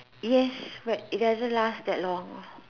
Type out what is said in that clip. yes but it doesn't last that long